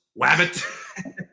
Wabbit